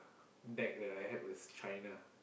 back then I have was China